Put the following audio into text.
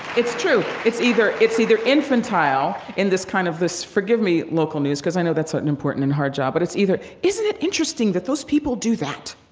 it's true. it's either it's either infantile in this kind of this forgive me local news, because i know that's an important and hard job, but it's either isn't it interesting that those people do that?